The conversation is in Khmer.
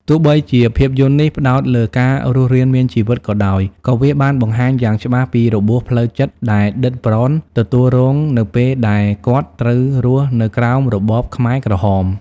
ទោះបីជាភាពយន្តនេះផ្តោតលើការរស់រានមានជីវិតក៏ដោយ ក៏វាបានបង្ហាញយ៉ាងច្បាស់ពីរបួសផ្លូវចិត្តដែល ឌិត ប្រន ទទួលរងនៅពេលដែលគាត់ត្រូវរស់នៅក្រោមរបបខ្មែរក្រហម។